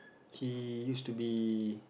he used to be